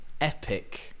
epic